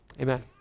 Amen